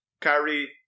Kyrie